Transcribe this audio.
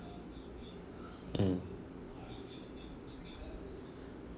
mm